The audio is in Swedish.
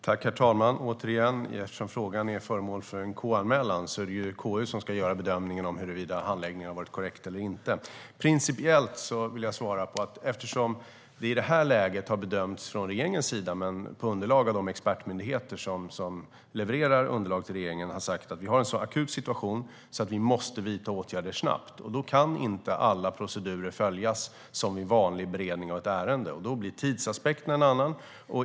Herr talman! Eftersom frågan är föremål för en KU-anmälan är det KU som ska göra bedömningen huruvida handläggningen har varit korrekt eller inte. Principiellt vill jag svara att regeringen har bedömt, med anledning av de underlag som expertmyndigheter har levererat till regeringen, att det är en så akut situation att vi måste vidta åtgärder snabbt. Då kan inte alla procedurer följas som i en vanlig beredning av ett ärende. Då blir tidsaspekten en annan.